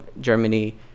Germany